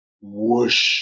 whoosh